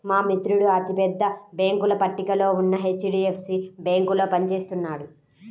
మా మిత్రుడు అతి పెద్ద బ్యేంకుల పట్టికలో ఉన్న హెచ్.డీ.ఎఫ్.సీ బ్యేంకులో పని చేస్తున్నాడు